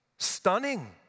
Stunning